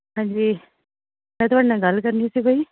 ਹਾਂਜੀ ਮੈਂ ਤੁਹਾਡੇ ਨਾਲ ਗੱਲ ਕਰਨੀ ਸੀ ਕੋਈ